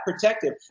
protective